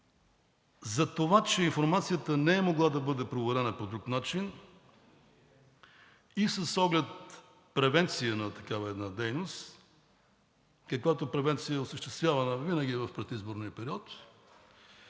Затова че информацията не е могла да бъде проверена по друг начин и с оглед превенция на такава една дейност, каквато превенция е осъществявана винаги в предизборния период,